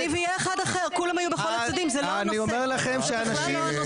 אני אומר לכם שאנשים.